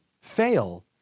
fail